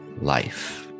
life